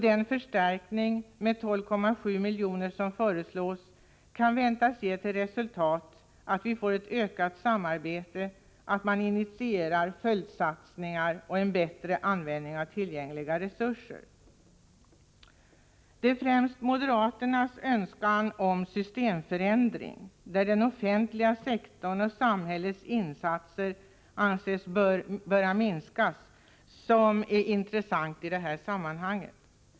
Den förstärkning med 12,7 milj.kr. som föreslås kan väntas ge till resultat att vi får ett ökat samarbete, att man initierar följdsatsningar och bättre användning av tillgängliga resurser. Det är främst moderaternas önskan om systemförändring, där den offentliga sektorn och samhällets insatser anses böra minskas, som är intressant i det här sammanhanget.